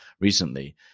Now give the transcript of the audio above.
recently